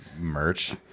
merch